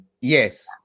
Yes